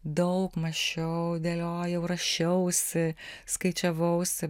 daug mąsčiau dėliojau rašiausi skaičiavausi